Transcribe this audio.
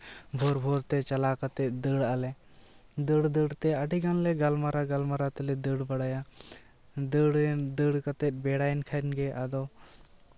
ᱵᱷᱳᱨ ᱵᱷᱳᱨᱛᱮ ᱪᱟᱞᱟᱣ ᱠᱟᱛᱮᱜ ᱫᱟᱹᱲᱟᱜᱞᱮ ᱫᱟᱹᱲ ᱫᱟᱹᱲᱛᱮ ᱟᱹᱰᱤᱜᱟᱱᱞᱮ ᱜᱟᱞᱢᱟᱨᱟᱣ ᱜᱟᱞᱢᱟᱨᱟ ᱠᱟᱛᱮᱜ ᱞᱮ ᱫᱟᱹᱲ ᱵᱟᱲᱟᱭᱟ ᱫᱟᱹᱲᱨᱮ ᱫᱟᱹᱲ ᱠᱟᱛᱮᱜ ᱵᱮᱲᱟᱭᱮᱱ ᱠᱷᱟᱱᱜᱮ ᱟᱫᱚ